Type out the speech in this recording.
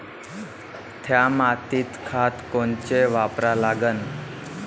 थ्या मातीत खतं कोनचे वापरा लागन?